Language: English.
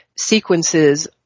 sequences